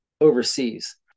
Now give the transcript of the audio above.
overseas